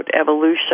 evolution